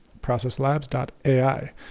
processlabs.ai